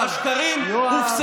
תודה לך, יואב.